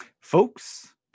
folks